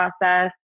process